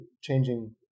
changing